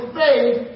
faith